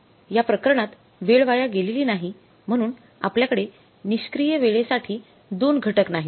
ये प्रकरणात वेळ वाया गेलेली नाही म्हणून आपल्याकडे निष्क्रिय वेळेसाठी दोन घटक नाहीत